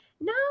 no